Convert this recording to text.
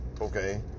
Okay